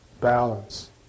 balance